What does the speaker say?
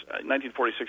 1946